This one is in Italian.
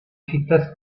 città